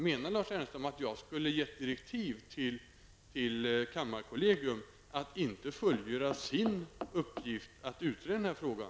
Menar Lars Ernestam att jag skulle ha gett direktiv till kammarkollegiet att inte fullgöra sin uppgift att utreda frågan?